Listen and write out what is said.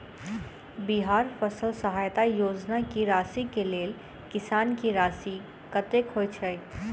बिहार फसल सहायता योजना की राशि केँ लेल किसान की राशि कतेक होए छै?